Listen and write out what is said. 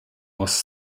was